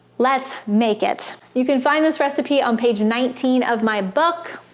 let's make it! you can find this recipe on page nineteen of my book,